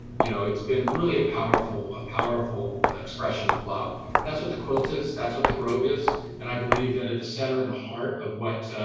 you know, it's been really a powerful powerful expression of love that's what the quilt is. that's what the grove is and i believe that at the center in the heart of what?